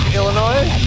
Illinois